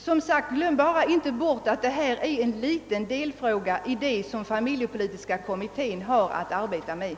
Glöm som sagt inte bort att den fråga vi behandlar i dag endast är en delfråga i den stora som familjepolitiska kommittén utreder!